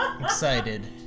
excited